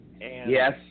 Yes